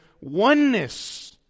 oneness